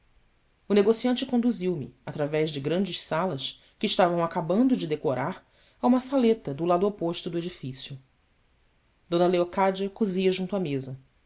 o negociante conduziu me através de grandes salas que estavam acabando de decorar a uma saleta do lado oposto do edifício d leocádia cosia junto à mesa